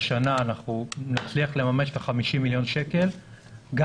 צריך לומר שהשנה נצליח לממש את ה-50 מיליון שקלים גם